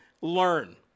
Learn